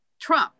Trump